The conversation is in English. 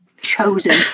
chosen